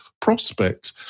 prospect